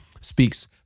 speaks